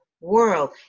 world